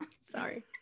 sorry